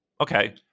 okay